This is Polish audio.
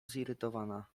zirytowana